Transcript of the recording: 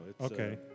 Okay